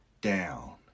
down